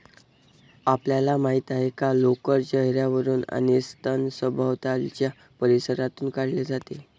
आपल्याला माहित आहे का लोकर चेहर्यावरून आणि स्तन सभोवतालच्या परिसरातून काढले जाते